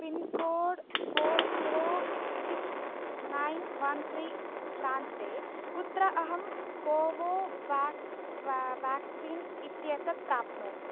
pincode four zero six nine one three प्रान्ते कुत्र अहं कोवो वाक्स् व्या व्याक्सीन् इत्येतत् प्राप्नोमि